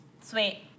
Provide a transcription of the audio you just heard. Sweet